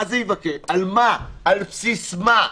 על בסיס מה?